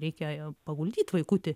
reikia paguldyt vaikutį